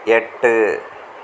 எட்டு